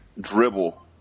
dribble